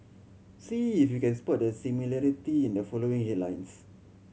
see if you can spot the similarity in the following